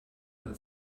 and